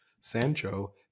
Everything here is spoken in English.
Sancho